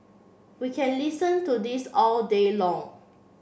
we can listen to this all day long